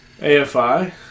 AFI